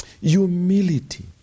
humility